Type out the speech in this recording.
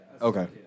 Okay